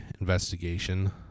investigation